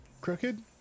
crooked